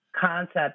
concept